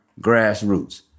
grassroots